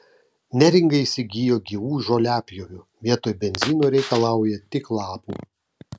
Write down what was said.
neringa įsigijo gyvų žoliapjovių vietoj benzino reikalauja tik lapų